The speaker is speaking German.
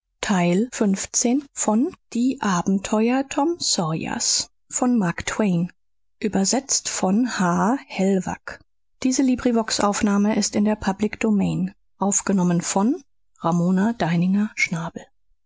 die abenteuer tom sawyers